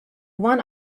one